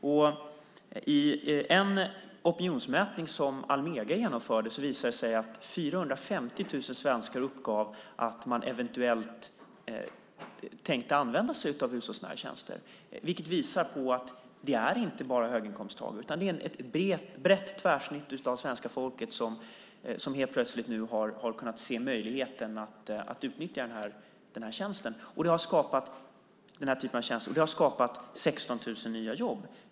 I en opinionsmätning som Almega genomförde uppgav 450 000 svenskar att de eventuellt tänkte använda sig av hushållsnära tjänster. Det visar att det inte bara är höginkomsttagare utan ett brett tvärsnitt av svenska folket som nu har sett en möjlighet att utnyttja den typen av tjänst. Det har skapat 16 000 nya jobb.